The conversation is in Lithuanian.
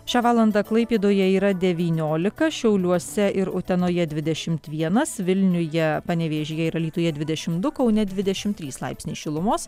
šią valandą klaipėdoje yra devyniolika šiauliuose ir utenoje dvidešimt vienas vilniuje panevėžyje ir alytuje dvidešimt du kaune dvidešimt trys laipsniai šilumos